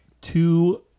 two